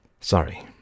Sorry